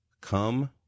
come